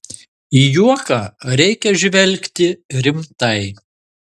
į juoką reikia žvelgti rimtai